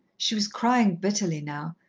she was crying bitterly now.